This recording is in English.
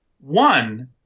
One